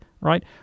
right